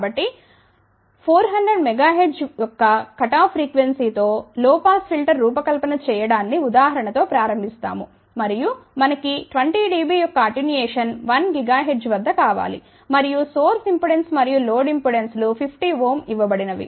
కాబట్టి 400 MHz యొక్క cutoff frequency తో లొ పాస్ ఫిల్టర్ రూపకల్పన చేయడాన్ని ఉదాహరణ తో ప్రారంభిస్తాము మరియు మనకి 20 dB యొక్క అటెన్యుయేషన్ 1 GHz వద్ద కావాలి మరియు సోర్స్ ఇంపెడెన్సు మరియు లోడ్ ఇంపెడెన్సులు 50 ఓం ఇవ్వబడినవి